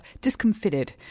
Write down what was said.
discomfited